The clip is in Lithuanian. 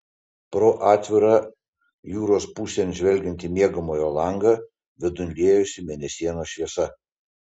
pro atvirą jūros pusėn žvelgiantį miegamojo langą vidun liejosi mėnesienos šviesa